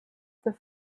this